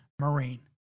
Marine